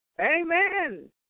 Amen